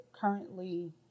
currently